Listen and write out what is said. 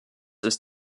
ist